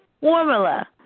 Formula